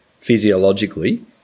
physiologically